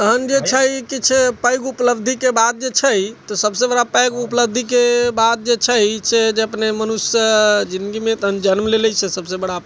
तहन जे छै किछु पैघ उपलब्धिके बाद जे छै तऽ सभसँ बड़ा पैघ उपलब्धिके बात जे छै से जे अपने मनुष्य जिन्दगीमे तऽ जन्म लेले छी सभसँ बड़ा